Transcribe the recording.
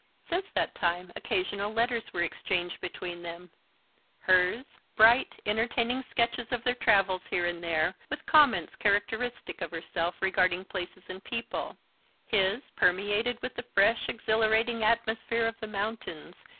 since that time, occasional letters were exchanged between them hers, bright, entertaining sketches of their travels here and there, with comments characteristic of herself regarding places and people his, permeated with the fresh, exhilarating atmosphere of the mountains,